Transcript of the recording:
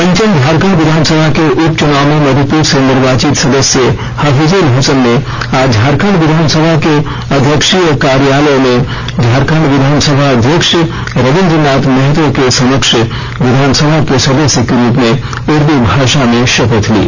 पंचम झारखंड विधान सभा के उपचुनाव में मधुपुर से निर्वाचित सदस्य हाफिजूल हसन ने आज झारखंड विधान सभा के अध्यक्षीय कार्यालय में झारखंड विधानसभा अध्यक्ष रबीन्द्र नाथ महतो के समक्ष विधानसभा के सदस्य के रूप में उर्दू भाषा में शपथ ली